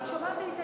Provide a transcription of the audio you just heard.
אני שומעת היטב.